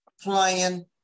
playing